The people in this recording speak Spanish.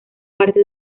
parte